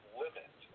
limit